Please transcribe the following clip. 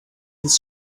his